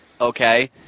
Okay